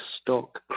stock